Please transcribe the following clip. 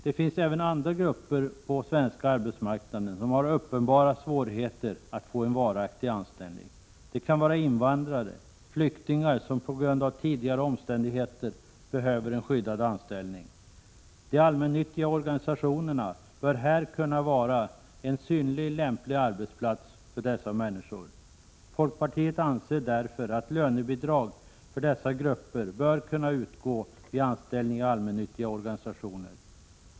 Det finns även andra grupper på den svenska arbetsmarknaden som har 73 uppenbara svårigheter att få en varaktig anställning. Det kan vara invandrare och flyktingar, som på grund av tidigare omständigheter behöver en skyddad anställning. De allmännyttiga organisationerna bör kunna vara en synnerligen lämplig arbetsplats för dessa människor. Folkpartiet anser därför att lönebidrag för dessa grupper bör kunna utgå vid anställning i allmännyttiga organisationer.